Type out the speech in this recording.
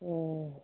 ᱚ